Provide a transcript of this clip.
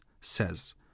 says